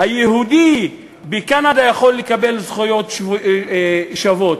היהודי בקנדה יכול לקבל זכויות שוות,